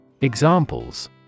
Examples